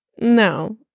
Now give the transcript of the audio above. no